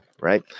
right